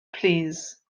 plîs